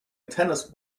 tennis